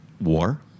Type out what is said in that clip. War